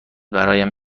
برایم